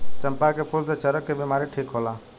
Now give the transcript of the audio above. चंपा के फूल से चरक के बिमारी ठीक होला